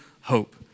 hope